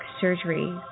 surgery